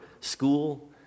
school